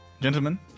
gentlemen